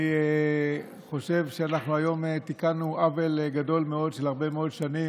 אני חושב שאנחנו היום תיקנו עוול גדול מאוד של הרבה מאוד שנים,